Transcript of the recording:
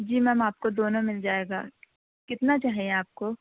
جی ma'am آپ کو دونوں مل جائے گا کتنا چاہیے آپ کو